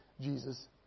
Jesus